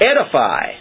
edify